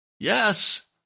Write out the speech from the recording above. Yes